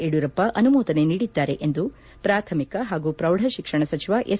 ಯಡಿಯೂರಪ್ಪ ಅನುಮೋದನೆ ನೀಡಿದ್ದಾರೆ ಎಂದು ಪ್ರಾಥಮಿಕ ಹಾಗೂ ಪ್ರೌಡಶಿಕ್ಷಣ ಸಚಿವ ಎಸ್